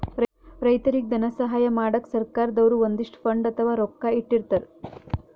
ರೈತರಿಗ್ ಧನ ಸಹಾಯ ಮಾಡಕ್ಕ್ ಸರ್ಕಾರ್ ದವ್ರು ಒಂದಿಷ್ಟ್ ಫಂಡ್ ಅಥವಾ ರೊಕ್ಕಾ ಇಟ್ಟಿರ್ತರ್